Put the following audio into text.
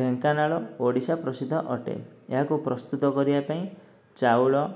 ଢେଙ୍କାନାଳ ଓଡ଼ିଶା ପ୍ରସିଦ୍ଧ ଅଟେ ଏହାକୁ ପ୍ରସ୍ତୁତ କରିବା ପାଇଁ ଚାଉଳ